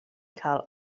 cael